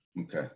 Okay